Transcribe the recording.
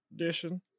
Edition